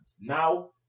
now